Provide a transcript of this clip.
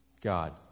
God